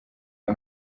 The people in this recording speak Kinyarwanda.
n’u